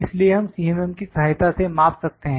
इसलिए हम CMM की सहायता से माप सकते हैं